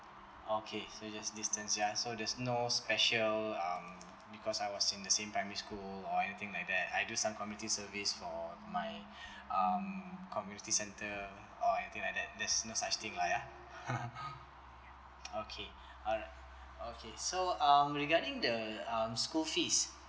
okay so just distance ya so there's no special um because I was in the same primary school or anything like that I do some community service for my um community centre or anything like that there's no such thing lah ya okay alright okay so regarding the um school fees